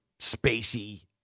spacey